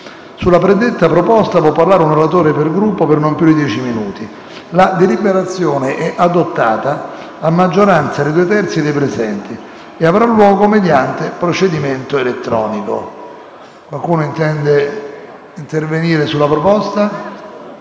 Sulla predetta proposta può parlare un oratore per Gruppo, per non più di dieci minuti. La deliberazione è adottata a maggioranza dei due terzi dei presenti e avrà luogo mediante procedimento elettronico. Poiché nessuno chiede di intervenire, indìco la